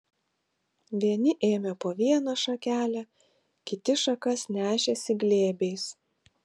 vieni ėmė po vieną šakelę kiti šakas nešėsi glėbiais